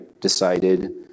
decided